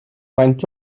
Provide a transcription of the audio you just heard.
faint